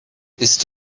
ist